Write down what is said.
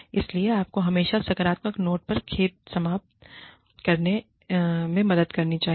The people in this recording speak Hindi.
इसलिए आपको हमेशा सकारात्मक नोट पर खेद समाप्त करने में मदद करनी चाहिए